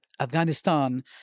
Afghanistan